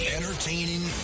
Entertaining